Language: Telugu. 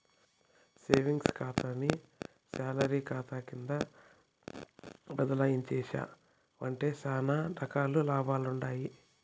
సేవింగ్స్ కాతాని సాలరీ కాతా కింద బదలాయించేశావంటే సానా రకాల లాభాలుండాయి